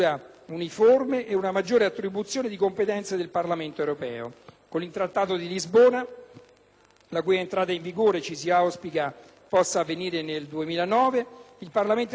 la cui entrata in vigore ci si auspica possa avvenire nel 2009, il Parlamento europeo vedrà rafforzata il suo ruolo di colegislatore. Ad esso si aggiungeranno due funzioni politiche cruciali: